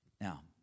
Now